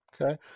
Okay